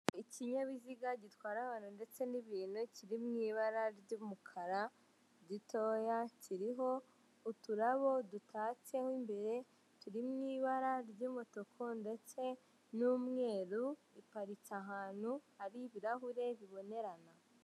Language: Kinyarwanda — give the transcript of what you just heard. Ikinyabiziga gitwara abantu ndetse n'ibintu, kiri mu ibara ry'umukara, igitoya, kiriho uturabo dutatseho imbere, turi mu mabara y'umutuku ndetse n'umweru, iparitse ahantu hari ibirahure bibonerana.